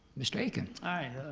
mr. akin?